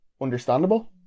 understandable